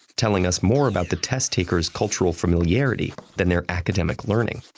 telling us more about the test taker's cultural familiarity than their academic learning.